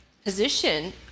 position